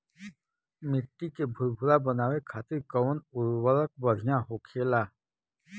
मिट्टी के भूरभूरा बनावे खातिर कवन उर्वरक भड़िया होखेला?